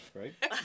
right